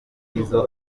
izo